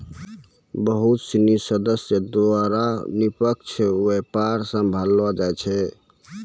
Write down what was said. बहुत सिनी सदस्य द्वारा निष्पक्ष व्यापार सम्भाललो जाय छै